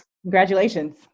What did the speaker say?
Congratulations